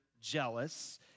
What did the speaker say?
jealous